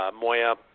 Moya